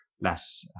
less